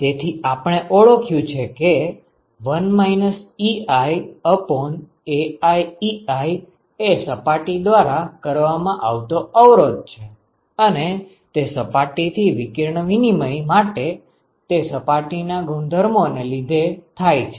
તેથી આપણે ઓળખ્યું છે કે 1 iAii એ સપાટી દ્વારા કરવામાં આવતો અવરોધ છે અને તે સપાટીથી વિકિરણ વિનિમય માટે તે સપાટીના ગુણધર્મો ને લીધે થાય છે